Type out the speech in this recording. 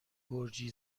گرجی